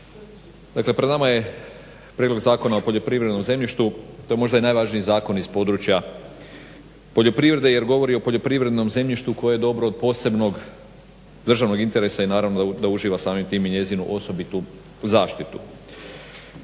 Dakle, pred nama je prijedlog Zakona o poljoprivrednom zemljištu, to je možda i najvažniji zakon iz područja poljoprivrede jer govori o poljoprivrednom zemljištu koje je dobro od posebnog državnog interesa i naravno da uživa samim time i njezinu osobitu zaštitu.